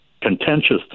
contentious